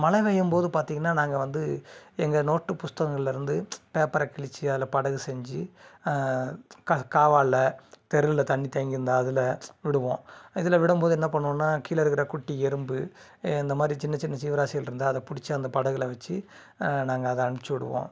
மலை பெய்யும் போது பார்த்தீங்கன்னா நாங்கள் வந்து எங்கள் நோட்டு புத்தகங்கள்லேர்ந்து பேப்பரை கிழிச்சி அதில் படகு செஞ்சு க காவாவில் தெருவில் தண்ணி தேங்கியிருந்தால் அதில் விடுவோம் இதில் விடும் போது என்ன பண்ணுவோம்னா கீழே இருக்கிற குட்டி எறும்பு இந்த மாதிரி சின்ன சின்ன ஜீவராசிகள் இருந்தால் அதை பிடிச்சி அந்த படகில் வச்சு நாங்கள் அதை அனுச்சி விடுவோம்